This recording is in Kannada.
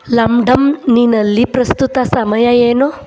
ಲಂಡಮ್ನಿನಲ್ಲಿ ಪ್ರಸ್ತುತ ಸಮಯ ಏನು